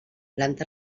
planta